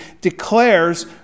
declares